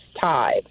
tied